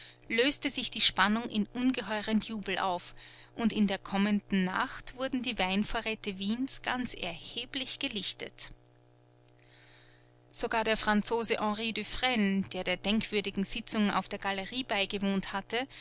löste sich die spannung in ungeheuren jubel auf und in der kommenden nacht wurden die weinvorräte wiens ganz erheblich gelichtet sogar der franzose henry dufresne der der denkwürdigen sitzung auf der galerie beigewohnt hatte